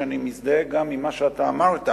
שאני מזדהה גם עם מה שאתה אמרת,